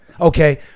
Okay